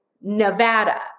Nevada